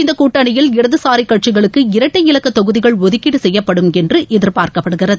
இந்த கூட்டணியில் இடதசாரி கட்சிகளுக்கு இரட்டை இலக்க தொகுதிகள் ஒதுக்கீடு செய்யப்படும் என்று எதிர்பார்க்கப்படுகிறது